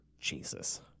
Jesus